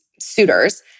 suitors